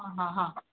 ହଁ ହଁ ହଁ